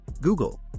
Google